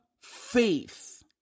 faith